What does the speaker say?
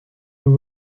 nous